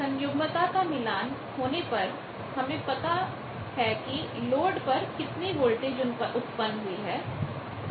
सन्युग्मता का मिलान conjugate matchingकोंजूगेट मैचिंग होने पर हमें पता है कि लोड पर कितनी वोल्टेज उत्पन्न हुई है